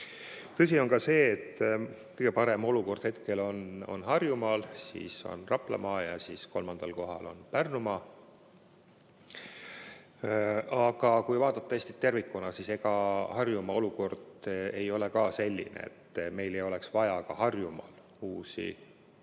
Tõsi on ka see, et kõige parem olukord hetkel on Harjumaal, siis on Raplamaa ja kolmandal kohal on Pärnumaa. Aga kui vaadata Eestit tervikuna, siis ega Harjumaa olukord ei ole ka selline, et meil ei oleks vaja ka Harjumaal uusi karjääre